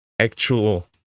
actual